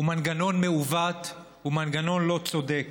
הוא מנגנון מעוות, הוא מנגנון לא צודק.